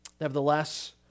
Nevertheless